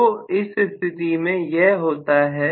तो इस स्थिति में यह होता है